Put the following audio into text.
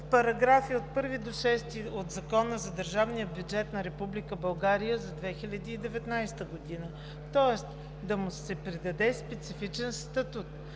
уредба в § 1 – 6 от Закона за държавния бюджет на Република България за 2019 г., тоест да му се придаде специфичен статут